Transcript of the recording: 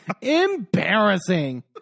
Embarrassing